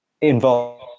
involve